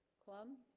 clumb